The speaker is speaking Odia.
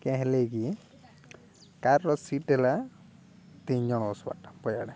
କେଁ ହେଲେ କିି କାର୍ର ସିଟ୍ ହେଲା ତିନି ଜଣ ବସ୍ବାଟା ପୟଆଡ଼େ